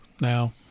now